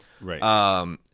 Right